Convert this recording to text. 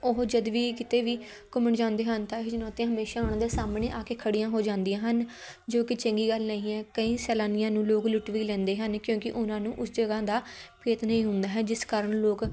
ਉਹ ਜਦ ਵੀ ਕਿਤੇ ਵੀ ਘੁੰਮਣ ਜਾਂਦੇ ਹਨ ਤਾਂ ਇਹ ਚੁਣੌਤੀਆਂ ਹਮੇਸ਼ਾਂ ਉਹਨਾਂ ਦੇ ਸਾਹਮਣੇ ਆ ਕੇ ਖੜ੍ਹੀਆਂ ਹੋ ਜਾਂਦੀਆਂ ਹਨ ਜੋ ਕਿ ਚੰਗੀ ਗੱਲ ਨਹੀਂ ਹੈ ਕਈ ਸੈਲਾਨੀਆਂ ਨੂੰ ਲੋਕ ਲੁੱਟ ਵੀ ਲੈਂਦੇ ਹਨ ਕਿਉਂਕਿ ਉਹਨਾਂ ਨੂੰ ਉਸ ਜਗ੍ਹਾ ਦਾ ਭੇਤ ਨਹੀਂ ਹੁੰਦਾ ਹੈ ਜਿਸ ਕਾਰਨ ਲੋਕ